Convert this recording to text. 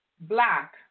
black